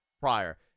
prior